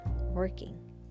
working